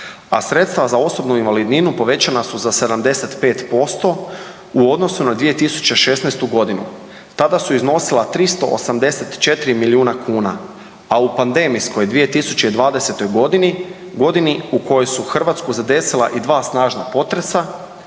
a sredstva za osobnu invalidninu povećana su za 75% u odnosu na 2016. godinu. Tada su iznosila 384 milijuna kuna, a u pandemijskom 2020. godini, godinu u kojoj su Hrvatsku zadesila i 2 snažna potresa